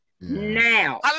now